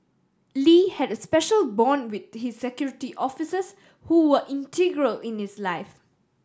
Lee had a special bond with his Security Officers who were integral in his life